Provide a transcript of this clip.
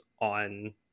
on